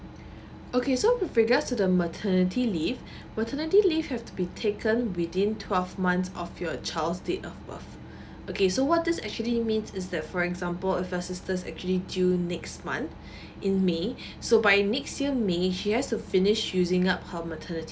okay so with regards to the maternity leave maternity leave have to be taken within twelve months of your child's date of birth okay so what this actually means is that for example if your sister actually due next month in may so by next year may she has to finish using up her maternity